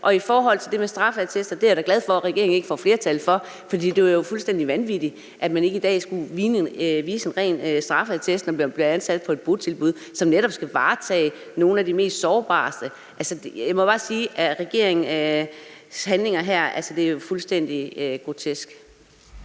Og i forhold til det med straffeattester er jeg da glad for, at regeringen ikke får flertal for det, for det ville jo være fuldstændig vanvittigt, hvis man ikke i dag skulle vise en ren straffeattest, når man bliver ansat på et botilbud, som netop skal varetage nogle af mest sårbare borgeres interesser. Så jeg må bare sige om regeringens handlinger her, at det er fuldstændig grotesk.